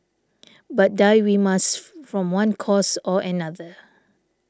but die we must from one cause or another